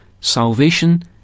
salvation